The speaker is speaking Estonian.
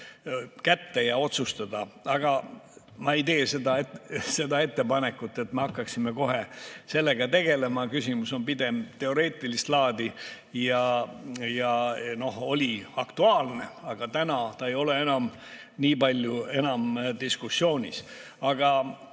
seda kasutada.] Aga ma ei tee seda ettepanekut, et me hakkaksime kohe sellega tegelema. Küsimus on pigem teoreetilist laadi ja oli kunagi aktuaalne, aga täna ta ei ole enam nii palju diskussiooni all.